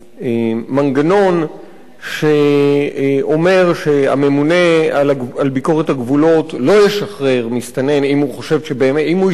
מנגנון שאומר שהממונה על ביקורת הגבולות לא ישחרר מסתנן אם הוא השתכנע